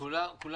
כולנו